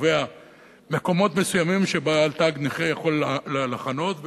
הקובע מקומות מסוימים שבעל תג נכה יכול לחנות,